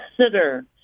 consider